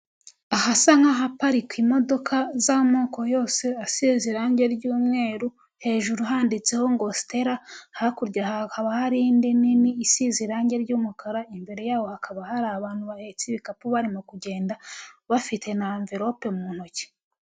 Ahasa nk'ahaparika imodoka z'amoko yose, asize irangi ry'umweru, hejuru handitseho ngo sitera, hakurya hakaba hari indi nini isize irangi ry'umukara, imbere yaho hakaba hari abantu bahetse ibikapu barimo kugenda, bafite n'anvirope mu ntoki.